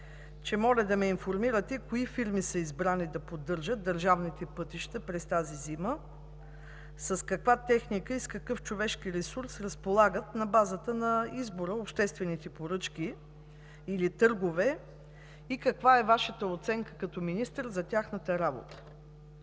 че моля да ме информирате кои фирми са избрани да поддържат държавните пътища през тази зима, с каква техника и с какъв човешки ресурс разполагат на базата на избора на обществените поръчки или търгове и каква е Вашата оценка като министър за тяхната работа?